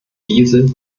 diese